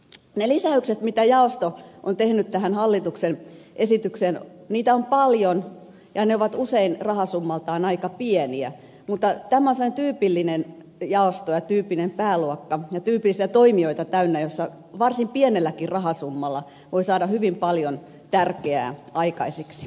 niitä lisäyksiä mitä jaosto on tehnyt tähän hallituksen esitykseen on paljon ja ne ovat usein rahasummaltaan aika pieniä mutta tämä on semmoinen tyypillinen jaosto ja tyypillinen pääluokka ja tyypillisiä toimijoita täynnä jossa varsin pienelläkin rahasummalla voi saada hyvin paljon tärkeää aikaiseksi